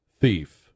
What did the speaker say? thief